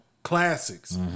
classics